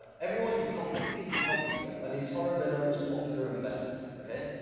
everyone you copy the people you copy. on etoro, they're known as popular investors okay.